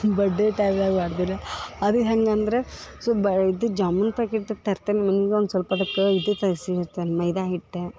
birthday ಟೈಮ್ನಾಗ ಮಾಡ್ದಿರ ಅದು ಹೇಗಂದ್ರ ಸೊ ಬ ಇದು ಜಾಮೂನ್ ಪ್ಯಾಕೆಟ್ ತರ್ತೇನೆ ನಮ್ಗ ಒಂದು ಸೊಲ್ಪದಕ ಇದು ತರಿಸಿ ಇರ್ತೀನಿ ಮೈದಾ ಹಿಟ್ಟು